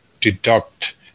deduct